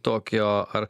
tokio ar